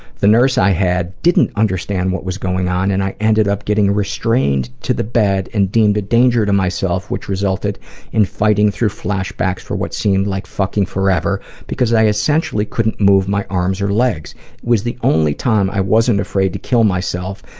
the nurse i had didn't understand what was going on and i ended up getting restrained to the bed and deemed a danger to myself, which resulted in fighting through flashbacks for what seemed like fucking forever, because i essentially couldn't move my arms or legs. it was the only time i wasn't afraid to kill myself,